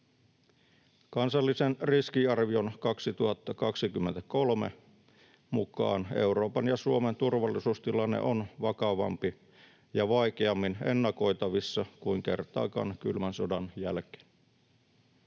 Kansallisen riskiarvion 2023 mukaan Euroopan ja Suomen turvallisuustilanne on vakavampi ja vaikeammin ennakoitavissa kuin kertaakaan kylmän sodan jälkeen.